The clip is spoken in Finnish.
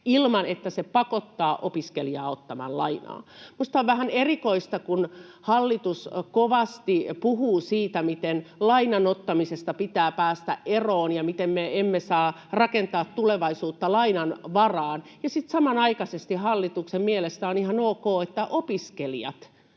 ilman että se pakottaa opiskelijan ottamaan lainaa. Minusta on vähän erikoista, kun hallitus kovasti puhuu siitä, miten lainan ottamisesta pitää päästä eroon ja miten me emme saa rakentaa tulevaisuutta lainan varaan, ja sitten samanaikaisesti hallituksen mielestä on ihan ok, että opiskelijat